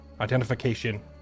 identification